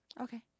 Okay